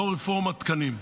לא רפורמת תקנים.